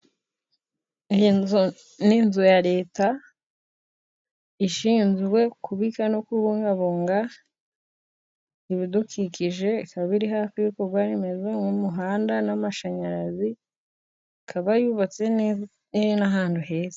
Iyi nzu ni inzu ya Leta ishinzwe kubika no kubungabunga ibidukikije, ikaba iri hafi y'ibikorwa remezo n'umuhanda n'amashanyarazi, ikaba yubatse neza iri n'ahantu heza.